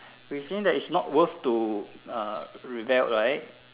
we've seen that it's not worth to uh rebel right